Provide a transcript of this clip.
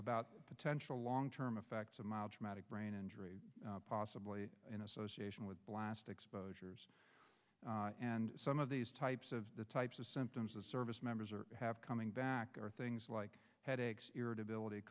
about potential long term effects of mild traumatic brain injury possibly in association with blast exposures and some of these types of the types of symptoms the service members are have coming back are things like headaches irritability